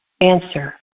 Answer